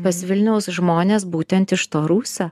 pas vilniaus žmones būtent iš to rūsio